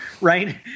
right